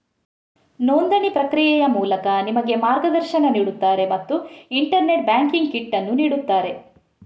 ನೋಂದಣಿ ಪ್ರಕ್ರಿಯೆಯ ಮೂಲಕ ನಿಮಗೆ ಮಾರ್ಗದರ್ಶನ ನೀಡುತ್ತಾರೆ ಮತ್ತು ಇಂಟರ್ನೆಟ್ ಬ್ಯಾಂಕಿಂಗ್ ಕಿಟ್ ಅನ್ನು ನೀಡುತ್ತಾರೆ